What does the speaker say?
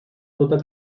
tota